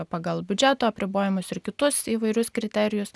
pagal biudžeto apribojimus ir kitus įvairius kriterijus